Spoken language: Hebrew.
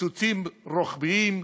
קיצוצים רוחביים,